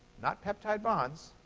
not peptide bonds.